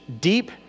deep